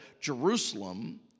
Jerusalem